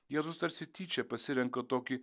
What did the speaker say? jėzus tarsi tyčia pasirenka tokį